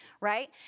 right